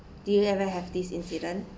did you ever have this incident